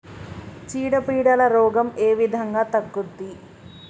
చీడ పీడల రోగం ఏ విధంగా తగ్గుద్ది?